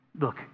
look